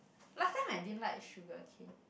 last time I didn't like sugarcane